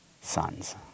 sons